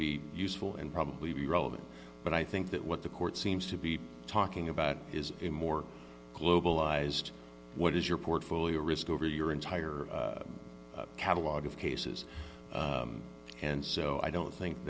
be useful and probably be relevant but i think that what the court seems to be talking about is a more globalized what is your portfolio risk over your entire catalogue of cases and so i don't think